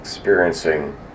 Experiencing